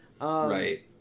right